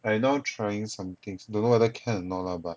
I now trying some things don't know whether can or not lah but